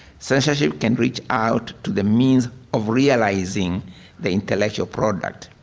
censorship can reach out to the means of realizing the intellectual product.